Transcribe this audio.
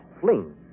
fling